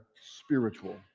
spiritual